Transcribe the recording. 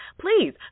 Please